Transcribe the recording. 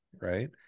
Right